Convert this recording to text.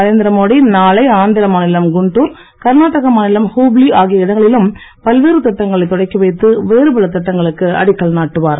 நரேந்திரமோடி நாளை ஆந்திர மாநிலம் குண்டுர் கர்நாடக மாநிலம் ஹுப்ளி ஆகிய இடங்களிலும் பல்வேறு திட்டங்களைத் தொடக்கி வைத்து வேறுபல திட்டங்களுக்கு அடிக்கல் நாட்டுவார்